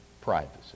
privacy